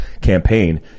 campaign